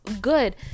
Good